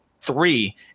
three